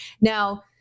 Now